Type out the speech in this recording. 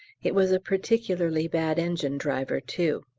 it was a particularly bad engine-driver too.